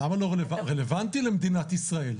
למה לא רלבנטי למדינת ישראל,